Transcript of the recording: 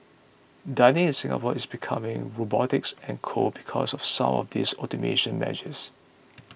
dining in Singapore is becoming robotics and cold because of some of these automation measures